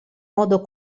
modo